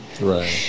right